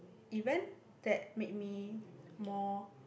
event that made me more